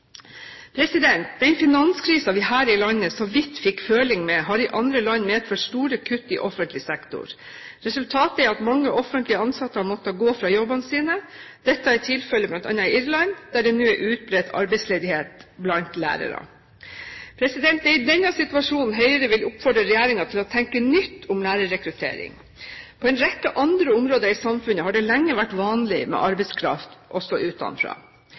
Den finanskrisen vi her i landet så vidt fikk føling med, har i andre land medført store kutt i offentlig sektor. Resultatet er at mange offentlig ansatte har måttet gå fra jobbene sine. Dette er tilfellet bl.a. i Irland, der det nå er utbredt arbeidsledighet blant lærere. Det er i denne situasjonen Høyre vil oppfordre regjeringen til å tenke nytt om lærerrekruttering. På en rekke andre områder i samfunnet har det lenge vært vanlig med arbeidskraft også utenfra.